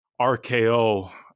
RKO